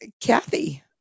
kathy